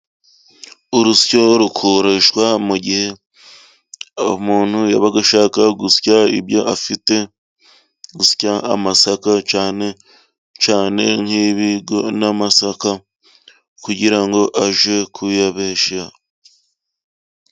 Urusyo rukoreshwa, mu gihe umuntu yabaga ashaka gusya, ibyo afite gusya amasaka, cyane cyane nk'ibigori n'amasaka kugira ngo aje kuyabetesha.